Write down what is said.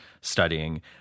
studying